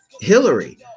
Hillary